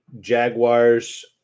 Jaguars